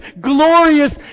glorious